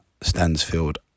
Stansfield